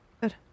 Good